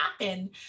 happen